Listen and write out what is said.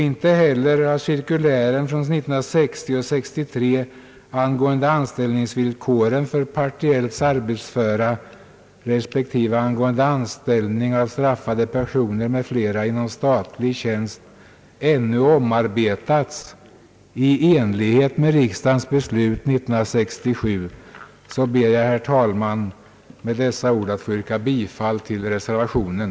Inte heller har cirkulären från 1960 och 1963 angående Jag ber således, herr talman, att med dessa ord få yrka bifall till reservationen.